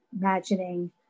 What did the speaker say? imagining